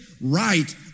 right